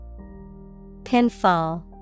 Pinfall